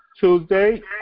Tuesday